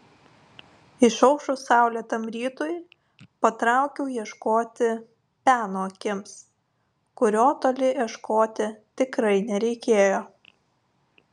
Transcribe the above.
išaušus saulėtam rytui patraukiau ieškoti peno akims kurio toli ieškoti tikrai nereikėjo